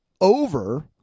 over